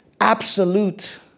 absolute